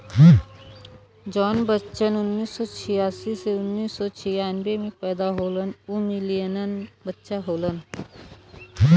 जौन बच्चन उन्नीस सौ छियासी से उन्नीस सौ छियानबे मे पैदा होलन उ मिलेनियन बच्चा होलन